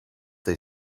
they